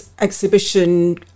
exhibition